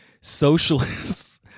socialists